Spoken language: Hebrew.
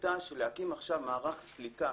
היתה שלהקים עכשיו מערך סליקה